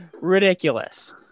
ridiculous